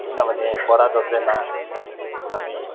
किनभने बडा दसैँमा हामी